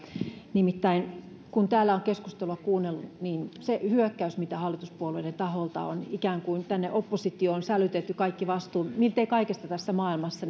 nimittäin kun täällä on keskustelua kuunnellut niin se hyökkäys mikä hallituspuolueiden taholta on tullut on ikään kuin tänne oppositioon sälytetty kaikki vastuu miltei kaikesta tässä maailmassa